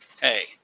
hey